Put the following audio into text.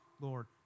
Lord